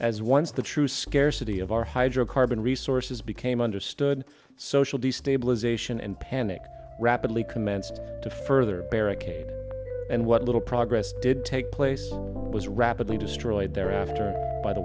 as once the true scarcity of our hydrocarbon resources became understood social destabilization and panic rapidly commenced to further and what little progress did take place was wrong we destroyed their after by the